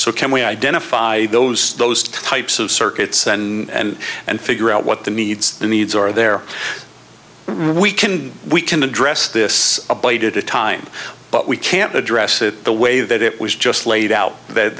so can we identify those those types of circuits and and figure out what the needs the needs are there we can we can address this a bite at a time but we can't address it the way that it was just laid out that